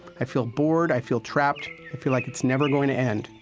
i feel bored, i feel trapped. i feel like it's never going to end.